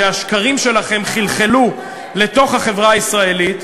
שהשקרים שלכם חלחלו לתוך החברה הישראלית,